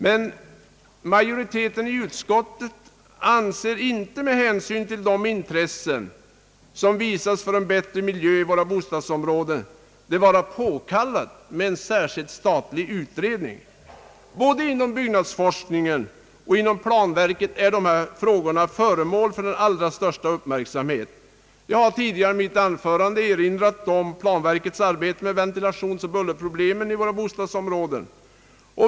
Men majoriteten i utskottet anser inte, med hänsyn till det intresse som visats för en bättre miljö i våra bostadsområden, att en särskild statlig utredning är påkallad. Både inom byggnadsforskningen och inom planverket är dessa frågor föremål för den allra största uppmärksamhet. Jag har tidigare i mitt anförande erinrat om planverkets arbete med ventilationsoch bullerproblemen i våra bostadsområden.